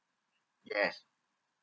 yes